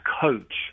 coach